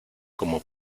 como